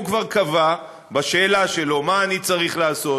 הוא כבר קבע בשאלה שלו מה אני צריך לעשות,